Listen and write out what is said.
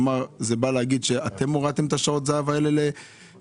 זה בא לומר שאתם הורדתם את שעות הזהב האלה בתקצוב?